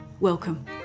Welcome